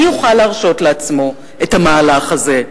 מי יוכל להרשות לעצמו את המהלך הזה?